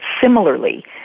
similarly